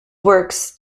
works